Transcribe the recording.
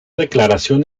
declaración